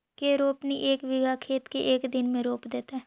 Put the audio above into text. के रोपनी एक बिघा खेत के एक दिन में रोप देतै?